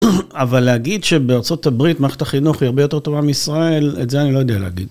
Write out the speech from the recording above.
אבל להגיד שבארצות הברית מערכת החינוך היא הרבה יותר טובה מישראל, את זה אני לא יודע להגיד.